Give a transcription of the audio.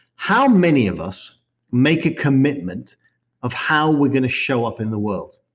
how many of us make a commitment of how we're going to show up in the world?